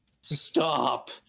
stop